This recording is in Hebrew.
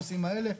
הנושאים האלה,